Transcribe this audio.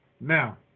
Now